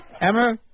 Emma